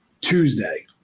Tuesday